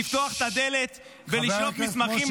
לפתוח את הדלת ולשלוף מסמכים,